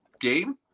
game